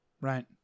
Right